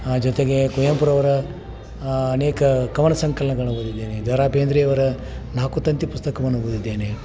ಹಾಂ ಜೊತೆಗೆ ಕುವೆಂಪುರವರ ಅನೇಕ ಕವನ ಸಂಕಲನಗಳ್ನ ಓದಿದ್ದೇನೆ ದ ರಾ ಬೇಂದ್ರೆಯವರ ನಾಕುತಂತಿ ಪುಸ್ತಕವನ್ನು ಓದಿದ್ದೇನೆ